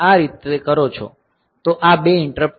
જો તમે આ રીતે કરો છો તો આ 2 ઈંટરપ્ટ છે